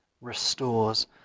restores